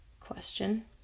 Question